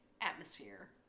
atmosphere